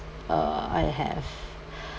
uh I have